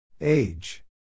Age